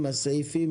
הצבעה אושר הסעיפים